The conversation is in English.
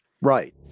Right